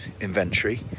inventory